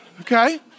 okay